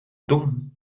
dumm